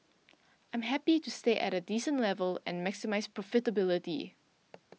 I'm happy to stay at a decent level and maximise profitability